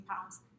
pounds